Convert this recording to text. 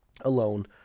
alone